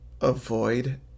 avoid